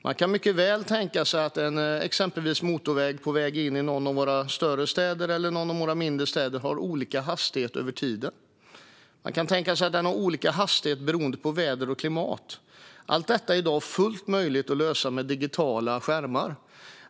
Man kan mycket väl tänka sig att exempelvis en motorväg på väg in i någon av våra större eller mindre städer har olika hastighet vid olika tider. Man kan också tänka sig olika hastighet beroende på väder och klimat. Allt detta är i dag fullt möjligt att lösa med digitala skärmar.